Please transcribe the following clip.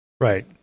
right